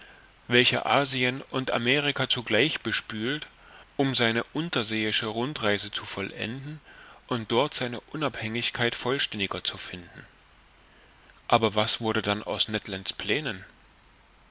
welcher asien und amerika zugleich bespült um seine unterseeische rundreise zu vollenden und dort seine unabhängigkeit vollständiger zu finden aber was wurde dann aus ned lands plänen